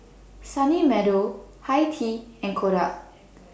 Sunny Meadow Hi Tea and Kodak